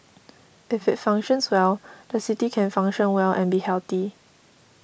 if it functions well the city can function well and be healthy